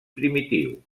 primitiu